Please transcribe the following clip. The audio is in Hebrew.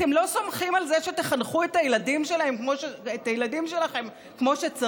אתם לא סומכים על זה שתחנכו את הילדים שלכם כמו שצריך?